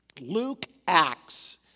Luke-Acts